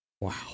Wow